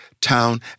town